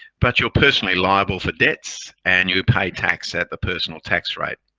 but you're personally liable for debts and you pay tax at the personal tax rate.